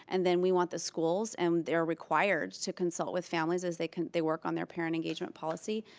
and then we want the schools and they're required to consult with families as they they work on their parent engagement policy.